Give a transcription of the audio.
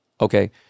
Okay